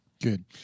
Good